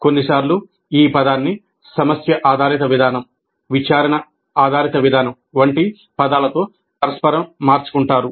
కొన్నిసార్లు ఈ పదాన్ని సమస్య ఆధారిత విధానం విచారణ ఆధారిత విధానం వంటి పదాలతో పరస్పరం మార్చుకుంటారు